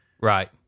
Right